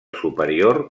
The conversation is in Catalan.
superior